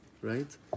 Right